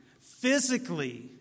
Physically